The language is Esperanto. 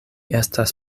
estas